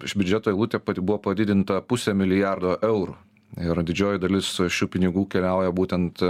ši biudžeto eilutė pat buvo padidinta puse milijardo eurų ir didžioji dalis šių pinigų keliauja būtent